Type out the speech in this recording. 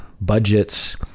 budgets